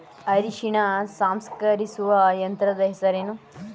ಅರಿಶಿನ ಸಂಸ್ಕರಿಸುವ ಯಂತ್ರದ ಹೆಸರೇನು?